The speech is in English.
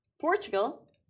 Portugal